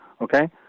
okay